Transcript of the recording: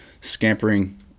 scampering